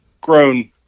grown